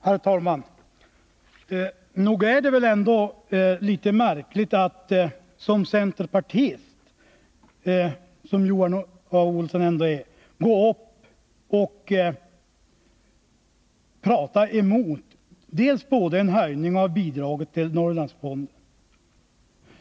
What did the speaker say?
fortsatta verksam Herr talman! Nog är det väl litet märkligt att Johan Olsson, som ändå är Het centerpartist, talar emot en höjning av bidraget till Norrlandsfonden.